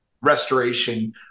restoration